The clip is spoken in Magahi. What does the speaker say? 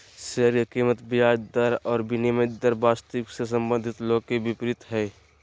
शेयर के कीमत ब्याज दर और विनिमय दर वास्तविक से संबंधित लोग के विपरीत हइ